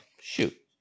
Shoot